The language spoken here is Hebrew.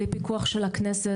בלי פיקוח של הכנסת,